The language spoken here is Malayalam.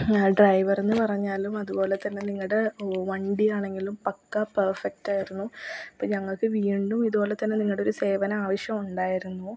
ഡ്രൈവർ എന്നു പറഞ്ഞാലും അതുപോലെ തന്നെ നിങ്ങളുടെ വണ്ടി ആണെങ്കിലും പക്കാ പെർഫെക്റ്റായിരുന്നു അപ്പോള് ഞങ്ങള്ക്ക് വീണ്ടും ഇതുപോലെ തന്നെ നിങ്ങളുടെയൊരു സേവനം ആവശ്യമുണ്ടായിരുന്നു